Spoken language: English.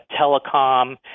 telecom